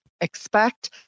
expect